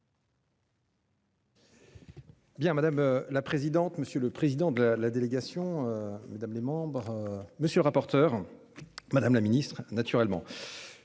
Bien, madame la présidente, monsieur le président de la la délégation. Mesdames les membres. Monsieur le rapporteur. Madame la Ministre naturellement.